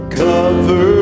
cover